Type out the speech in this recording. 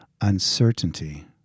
uncertainty